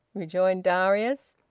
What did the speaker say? rejoined darius.